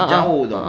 a'ah a'ah